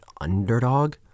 underdog